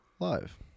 Live